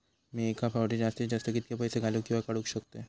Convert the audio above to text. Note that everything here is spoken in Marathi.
मी एका फाउटी जास्तीत जास्त कितके पैसे घालूक किवा काडूक शकतय?